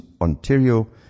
Ontario